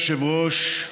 אדוני היושב-ראש,